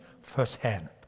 firsthand